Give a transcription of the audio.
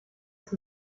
ist